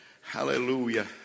Hallelujah